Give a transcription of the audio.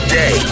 day